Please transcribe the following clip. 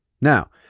Now